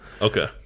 okay